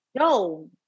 yo